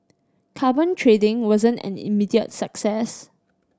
carbon trading wasn't an immediate success